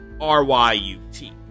R-Y-U-T